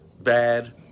bad